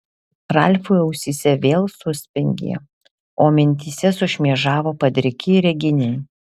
ralfui ausyse vėl suspengė o mintyse sušmėžavo padriki reginiai